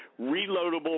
reloadable